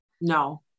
no